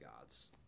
gods